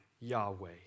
Yahweh